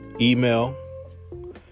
email